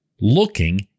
looking